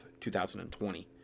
2020